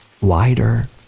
wider